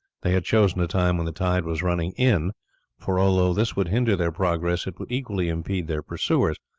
they had chosen a time when the tide was running in for although this would hinder their progress it would equally impede their pursuers,